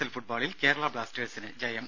L ഫുട്ബോളിൽ കേരളാ ബ്ലാസ്റ്റേഴ്സിന് ജയം